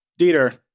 Dieter